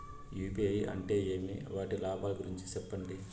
UPI అంటే ఏమి? వాటి లాభాల గురించి సెప్పండి?